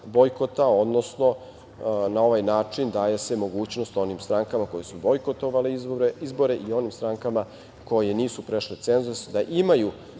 bojkota, odnosno na ovaj način daje se mogućnost onim strankama koje su bojkotovale izbore i onim strankama koje nisu prešle cenzus da imaju